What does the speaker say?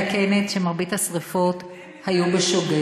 אתה, אני מתקנת, שמרבית השרפות היו בשוגג.